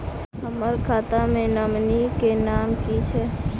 हम्मर खाता मे नॉमनी केँ नाम की छैय